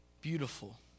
beautiful